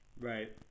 right